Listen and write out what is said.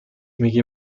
میگی